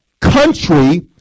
country